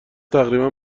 تقریبا